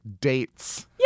dates